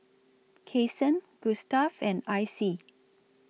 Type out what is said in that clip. Kasen Gustav and Icy